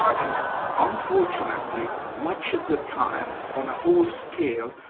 and unfortunately, much of the time on a whole scale,